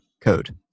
code